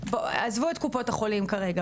עזבו את קופות החולים כרגע,